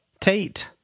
Tate